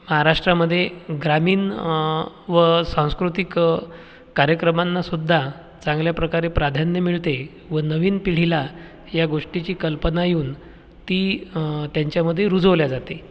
महाराष्ट्रामध्ये ग्रामीण व सांस्कृतिक कार्यक्रमांनासुद्धा चांगल्याप्रकारे प्राधान्य मिळते व नवीन पिढीला या गोष्टीची कल्पना येऊन ती त्यांच्यामध्ये रुजवली जाते